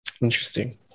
Interesting